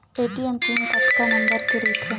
ATM PIN कतका number के रही थे?